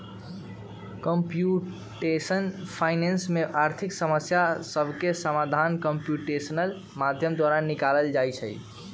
computational finance में आर्थिक समस्या सभके समाधान कंप्यूटेशनल माध्यम द्वारा निकालल जाइ छइ